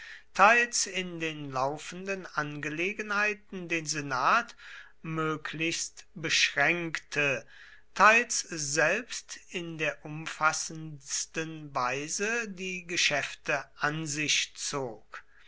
teils in den laufenden angelegenheiten den senat möglichst beschränkte teils selbst in der umfassendsten weise die geschäfte an sich zog